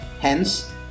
Hence